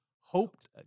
hoped